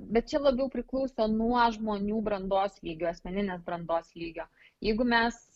bet čia labiau priklauso nuo žmonių brandos lygio asmeninės brandos lygio jeigu mes